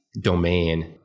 domain